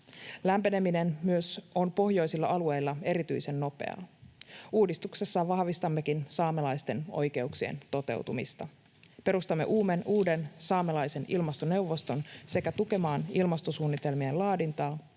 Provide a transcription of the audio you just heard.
Lämpeneminen on pohjoisilla alueilla myös erityisen nopeaa. Uudistuksessa vahvistammekin saamelaisten oikeuksien toteutumista. Perustamme uuden saamelaisen ilmastoneuvoston sekä tukemaan ilmastosuunnitelmien laadintaa